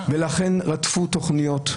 לכן רדפו תכניות,